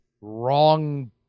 wrong